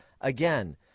again